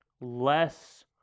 less